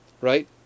right